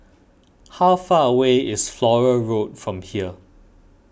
how far away is Flora Road from here